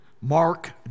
Mark